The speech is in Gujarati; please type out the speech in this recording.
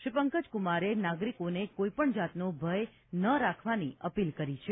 શ્રી પંકજકુમારે નાગરિકોને કોઈ પણ જાતનો ભય ન રાખવાની અપીલ કરી છે